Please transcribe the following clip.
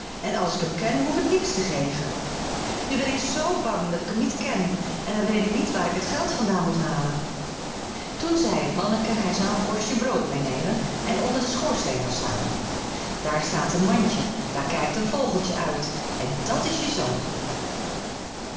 en als ik hem ken hoef ik niks te geven nu ben ik zoo bang dat ik hem niet ken en dan weet ik niet waar ik het geld vandaan moet halen toen zei het manneke hij zou een korstje brood meenemen en onder den schoorsteen gaan staan daar staat een mandje daar kijkt een vogeltje uit en dat is je zoon